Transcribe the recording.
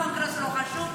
הקונגרס לא חשוב?